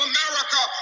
America